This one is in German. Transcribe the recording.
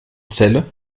celle